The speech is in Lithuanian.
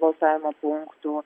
balsavimo punktų